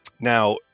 Now